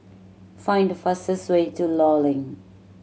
find the fastest way to Law Link